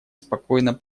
спокойно